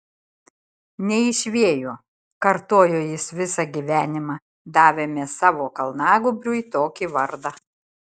ne iš vėjo kartojo jis visą gyvenimą davėme savo kalnagūbriui tokį vardą